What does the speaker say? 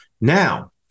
Now